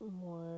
more